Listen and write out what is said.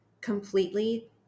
completely